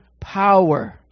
power